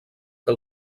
que